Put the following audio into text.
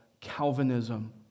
Calvinism